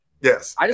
Yes